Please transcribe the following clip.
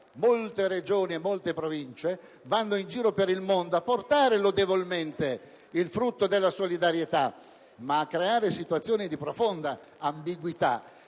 molte Regioni e molte Province vanno in giro per il mondo a portare lodevolmente il frutto della solidarietà, ma anche a creare situazioni di profonda ambiguità.